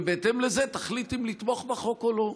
ובהתאם לזה תחליט אם לתמוך בחוק או לא.